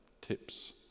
tips